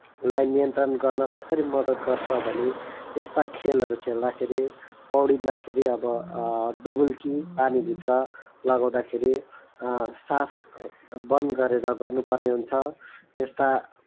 लाई नियन्त्रण गर्न कसरी मद्दत गर्छ भने यस्ता खेलहरू खेल्दाखेरि पौडिदाखेरि अब डुबुल्की पानीभित्र लगाउँदाखेरि सास बन्द गरेर गर्नुपर्ने हुन्छ यस्ता